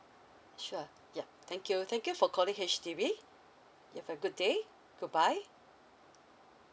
sure yup thank you thank you for calling H_D_B you have a good day goodbye